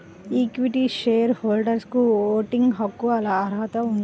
equity share హోల్డర్లకుఓటింగ్ హక్కులకుఅర్హత ఉంది